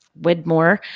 Widmore